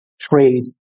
trade